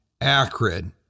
acrid